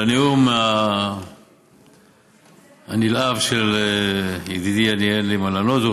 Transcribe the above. על הנאום הנלהב של ידידי אין לי מה לענות.